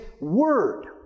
word